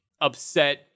upset